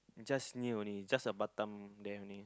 just near only just a Batam there only